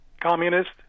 communist